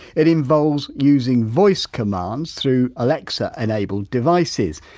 it involves using voice commands through alexa enabled devices.